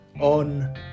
on